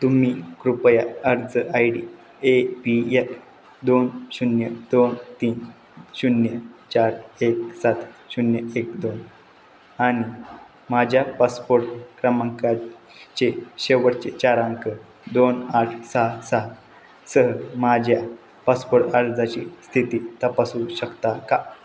तुम्ही कृपया अर्ज आय डी एपीएत दोन शून्य दोन तीन शून्य चार एक सात शून्य एक दोन आणि माझ्या पासपोट क्रमांकाचे शेवटचे चार अंक दोन आठ सहा सहासह माझ्या पासपोट अर्जाची स्थिती तपासू शकता का